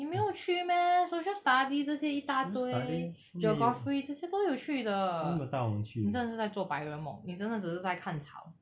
你没有去 meh social study 这些一大堆 geography 这些都有去的你真的是在做白日梦你真的只是在看场